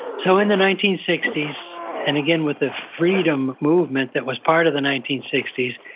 so in the nineteen sixty s and again with the freedom movement that was part of the nineteen sixty s,